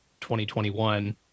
2021